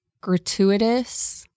gratuitous